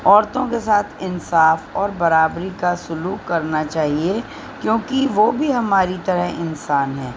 عورتوں کے ساتھ انصاف اور برابری کا سلوک کرنا چاہیے کیوںکہ وہ بھی ہماری طرح انسان ہے